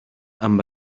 amb